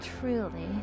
truly